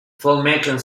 filmmaking